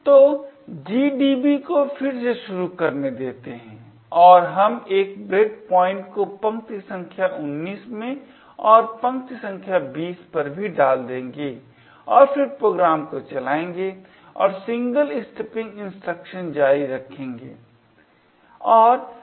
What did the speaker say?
तो GDB को फिर से शुरू करने देता है और हम एक ब्रेकपॉइंट को पंक्ति संख्या 19 में और पंक्ति संख्या 20 पर भी डाल देंगे और फिर प्रोग्राम को चलाएंगे और सिंगल स्टेपिंग इंस्ट्रक्शन जारी रखेंगे